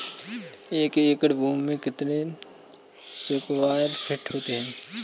एक एकड़ भूमि में कितने स्क्वायर फिट होते हैं?